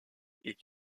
est